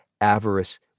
avarice